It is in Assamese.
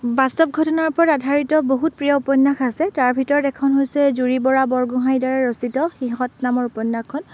বাস্তৱ ঘটনাৰ ওপৰত আধাৰিত বহুত প্ৰিয় উপন্যাস আছে তাৰ ভিতৰত এখন হৈছে জুৰি বৰা বৰগোহাঁইৰ দ্বাৰা ৰচিত সিহঁত নামৰ উপন্যাসখন